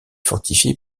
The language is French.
fortifié